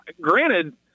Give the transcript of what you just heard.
granted